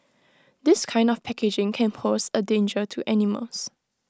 this kind of packaging can pose A danger to animals